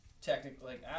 technically